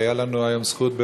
הייתה לנו היום זכות,